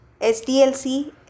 SDLC